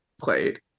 played